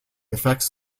effects